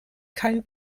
kein